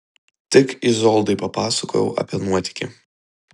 tik izoldai papasakojau apie nuotykį